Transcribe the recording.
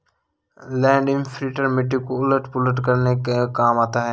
land imprinter मिट्टी को उलट पुलट करने के काम आता है